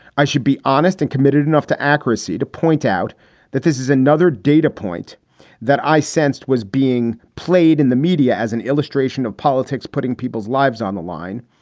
i should be honest and committed enough to accuracy to point out that this is another data point that i sensed was being. played in the media as an illustration of politics, putting people's lives on the line.